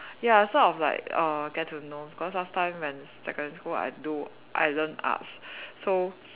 ya so I was like uh get to know cause last time when secondary school I do I learnt arts so